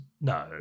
No